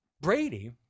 Brady